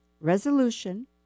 resolution